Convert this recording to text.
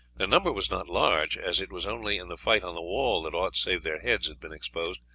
their number was not large, as it was only in the fight on the wall that aught save their heads had been exposed,